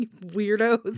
weirdos